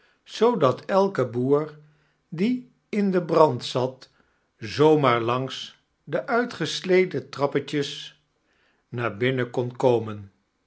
zoodat elke boer die in den brand zat zoo maar langs de uitgeeleten trapjes naar binnen kon komen